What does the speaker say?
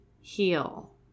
heal